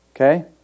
Okay